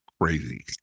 crazy